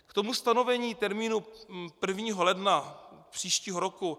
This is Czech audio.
K tomu stanovení termínu prvního ledna příštího roku.